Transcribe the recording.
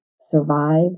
survive